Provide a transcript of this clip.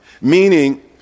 Meaning